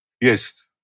Yes